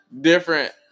different